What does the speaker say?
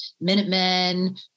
Minutemen